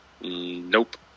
nope